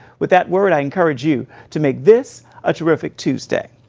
with that word, i encourage you to make this a terrific tuesday.